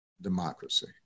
democracy